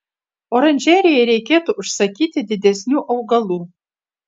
oranžerijai reikėtų užsakyti didesnių augalų